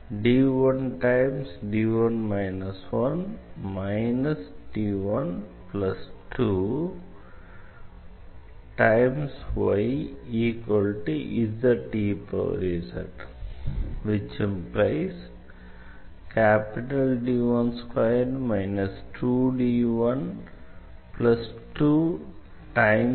vlcsnap 2019 04 15 10h41m24s285